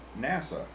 NASA